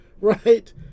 right